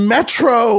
Metro